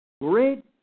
Great